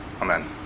Amen